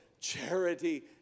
Charity